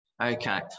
Okay